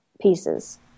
pieces